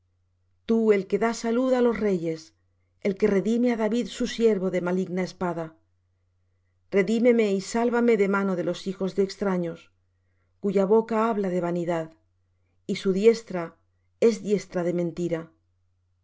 tú el que da salud á los reyes el que redime á david su siervo de maligna espada redímeme y sálvame de mano de los hijos extraños cuya boca habla vanidad y su diestra es diestra de mentira